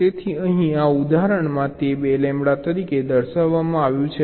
તેથી અહીં આ ઉદાહરણમાં તે 2 લેમ્બડા તરીકે દર્શાવવામાં આવ્યું છે